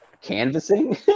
canvassing